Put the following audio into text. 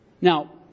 Now